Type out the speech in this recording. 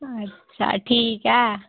अच्छा ठीक ऐ